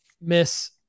miss